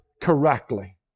correctly